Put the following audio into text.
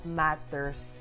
matters